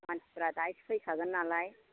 मानसिफ्रा दाहायसो फैखागोन नालाय